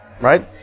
Right